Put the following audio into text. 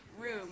room